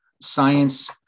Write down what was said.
Science